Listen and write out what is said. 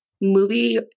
movie